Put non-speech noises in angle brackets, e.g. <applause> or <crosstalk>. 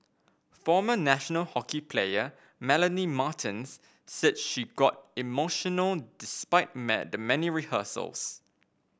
former national hockey player Melanie Martens said she got emotional despite <unintelligible> the many rehearsals